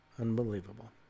unbelievable